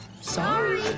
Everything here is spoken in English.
Sorry